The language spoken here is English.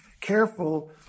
careful